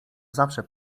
zawsze